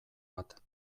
bat